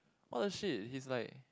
!what the shit! he's like